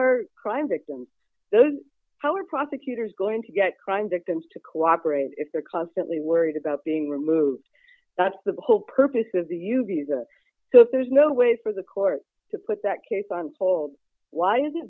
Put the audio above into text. are crime victims those how a prosecutor is going to get crime victims to cooperate if they're constantly worried about being removed that's the whole purpose of the you visa so there's no way for the court to put that case on hold why isn't